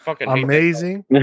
amazing